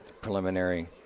preliminary